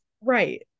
right